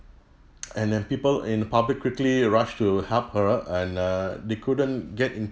and then people in public quickly rushed to help her and err they couldn't get in